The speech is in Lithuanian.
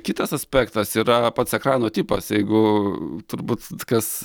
kitas aspektas yra pats ekrano tipas jeigu turbūt kas